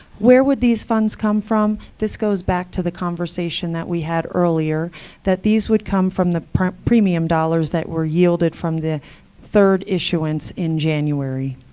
where would these funds come from? this goes back to the conversation that we had earlier that these would come from the premium dollars that were yielded from the third issuance in january.